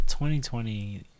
2020